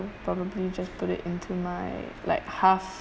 probably just put it into my like half